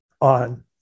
on